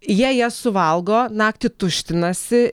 jie jas suvalgo naktį tuštinasi